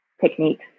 techniques